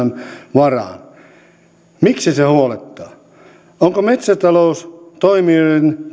varaan miksi se huolettaa onko metsätaloustoimijoiden